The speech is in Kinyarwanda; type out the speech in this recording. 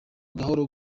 gahoro